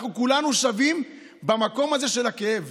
אנחנו כולנו שווים במקום הזה של הכאב,